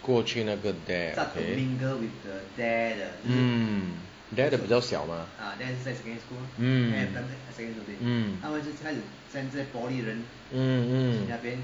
过去那个 dare ah mm dare 的比较小 mah mm